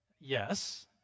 yes